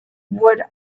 would